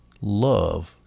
love